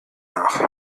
nach